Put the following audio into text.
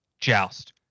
joust